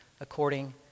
according